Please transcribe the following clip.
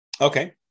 Okay